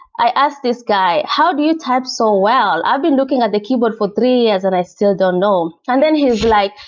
i asked this guy, how do you type so well? i've been looking at the keyboard for three years and i still don't know. and then he's like,